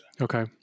Okay